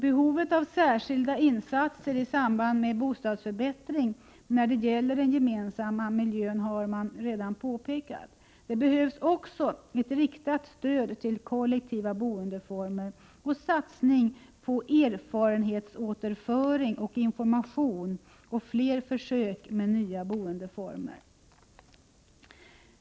Behovet av särskilda insatser i samband med bostadsförbättring när det gäller den gemensamma miljön har redan påpekats. Det behövs också ett riktat stöd till kollektiva boendeformer, satsning på erfarenhetsåterföring och information samt fler försök med nya boendeformer.